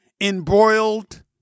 embroiled